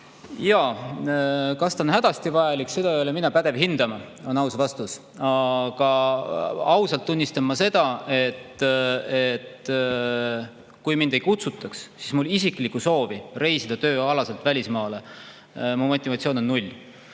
lähe. Kas ta on hädasti vajalik, seda ei ole mina pädev hindama, on aus vastus. Aga ausalt tunnistan ma seda, et kui mind ei kutsutaks, siis mul isiklikku soovi reisida tööalaselt välismaale ei ole. Mu motivatsioon on null.